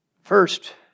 First